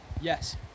Yes